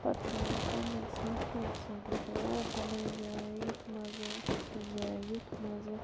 پَتہٕ چھِ وَنان پَننیٚن ساتھِیَن سۭتۍ تہِ او فَلٲنۍ جایہِ آو یُتھ مَزٕ فِستٲنۍ جایہِ آو یُتھ مَزٕ